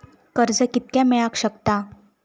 कर्ज कितक्या मेलाक शकता?